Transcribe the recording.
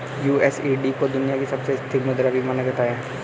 USD को दुनिया की सबसे स्थिर मुद्रा भी माना जाता है